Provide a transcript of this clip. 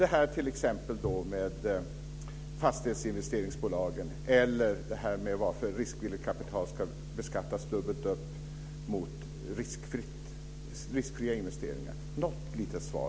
Ta t.ex. frågan om fastighetsinvesteringsbolagen eller varför riskvilligt kapital ska beskattas dubbelt upp mot riskfria investeringar. Jag skulle vilja ha något litet svar.